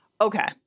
Okay